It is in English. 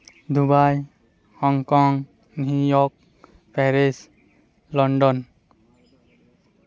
Dubai Hong Kong New York Paris London